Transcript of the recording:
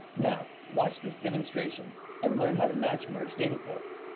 now, watch this demonstration and learn how to match merge data sets.